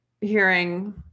hearing